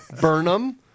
Burnham